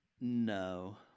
no